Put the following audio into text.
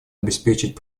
обеспечить